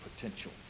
potential